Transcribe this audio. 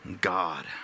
God